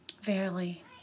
Verily